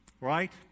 Right